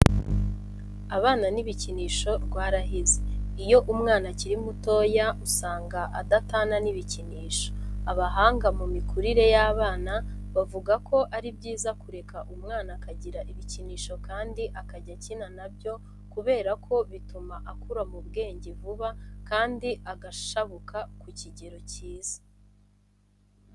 Abana n'ibikinisho rwarahize. Iyo umwana akiri mutoya usanga adatana n'ibikinisho. Abahanga mu mikurire y'abana bavuga ko ari byiza kureka umwana akagira ibikinisho kandi akajya akina na byo kubera ko bituma akura mu bwenge vuba kandi agashabuka ku kigero cyiza.